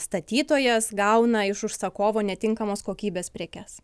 statytojas gauna iš užsakovo netinkamos kokybės prekes